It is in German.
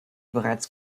bereits